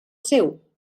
seu